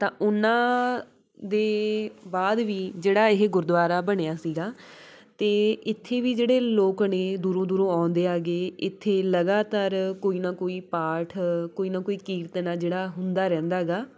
ਤਾਂ ਉਨਾਂ ਦੇ ਬਾਅਦ ਵੀ ਜਿਹੜਾ ਇਹ ਗੁਰਦੁਆਰਾ ਬਣਿਆ ਸੀਗਾ ਅਤੇ ਇੱਥੇ ਵੀ ਜਿਹੜੇ ਲੋਕ ਨੇ ਦੂਰੋਂ ਦੂਰੋਂ ਆਉਂਦੇ ਹੈਗੇ ਇੱਥੇ ਲਗਾਤਾਰ ਕੋਈ ਨਾ ਕੋਈ ਪਾਠ ਕੋਈ ਨਾ ਕੋਈ ਕੀਰਤਨ ਆ ਜਿਹੜਾ ਹੁੰਦਾ ਰਹਿੰਦਾ ਹੈਗਾ